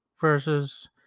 versus